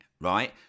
Right